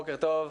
בוקר טוב,